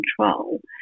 control